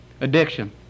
Addiction